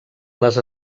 les